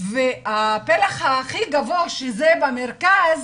והפלח ההכי גבוהה-שזה במרכז,